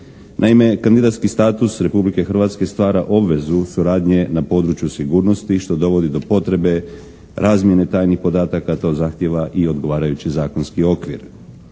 Naime kandidatski status Republike Hrvatske stvara obvezu suradnje na području sigurnosti što dovodi do potrebe razmjene tajnih podataka. To zahtijeva i odgovarajući zakonski okvir.